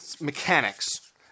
Mechanics